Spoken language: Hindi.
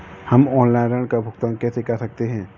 हम ऑनलाइन ऋण का भुगतान कैसे कर सकते हैं?